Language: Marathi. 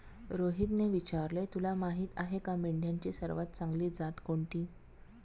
रोहितने विचारले, तुला माहीत आहे का मेंढ्यांची सर्वात चांगली जात कोणती?